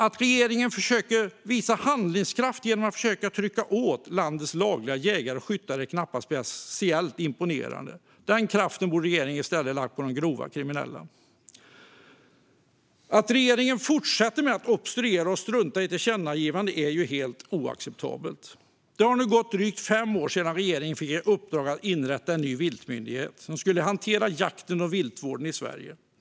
Att regeringen försöker att visa handlingskraft genom att försöka trycka åt landets lagliga jägare och skyttar är knappast speciellt imponerande. Den kraften borde regeringen i stället ha lagt på de grovt kriminella. Att regeringen fortsätter att obstruera och att strunta i tillkännagivanden är ju helt oacceptabelt. Det har nu gått drygt fem år sedan regeringen fick i uppdrag att inrätta en ny viltmyndighet som skulle hantera jakten och viltvården i Sverige.